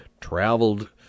traveled